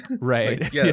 Right